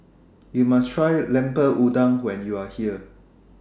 YOU must Try Lemper Udang when YOU Are here